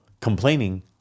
complaining